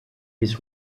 his